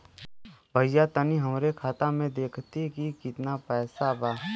भईया तनि हमरे खाता में देखती की कितना पइसा बा?